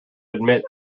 admit